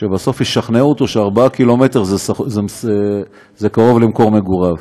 שבסוף ישכנעו אותו שארבעה קילומטר זה קרוב למקום מגוריו.